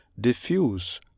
diffuse